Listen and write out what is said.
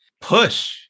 Push